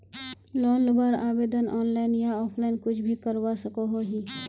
Loan लुबार आवेदन online या ऑफलाइन कुछ भी करवा सकोहो ही?